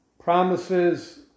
promises